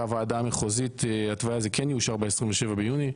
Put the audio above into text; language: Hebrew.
הוועדה המחוזית התוואי הזה כן יאושר ב-27 ביוני.